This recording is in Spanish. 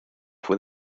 fue